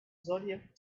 zodiac